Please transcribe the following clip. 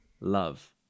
Love